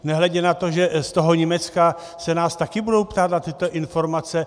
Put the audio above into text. Nehledě na to, že z toho Německa se nás také budou ptát na tyto informace.